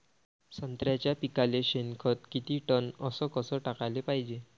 संत्र्याच्या पिकाले शेनखत किती टन अस कस टाकाले पायजे?